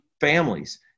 families